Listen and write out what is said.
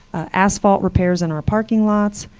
asphalt repairs in our parking lots,